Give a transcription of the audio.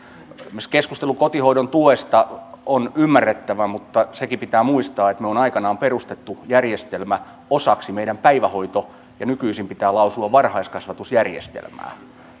esimerkiksi keskustelu kotihoidon tuesta on ymmärrettävä mutta sekin pitää muistaa että me olemme aikoinaan perustaneet järjestelmän osaksi meidän päivähoitojärjestelmää ja kuten nykyisin pitää lausua varhaiskasvatusjärjestelmää